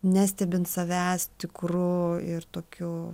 nestebint savęs tikru ir tokiu